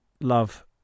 love